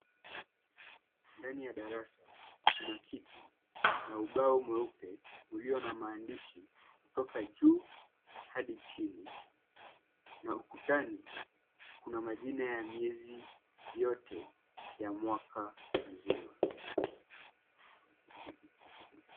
Ndani ya darasa kuna kiti na ubao mweupe ulio na maandishi kutoka juu hadi chini na ukutani kuna majina ya miezi yote ya mwaka mzima.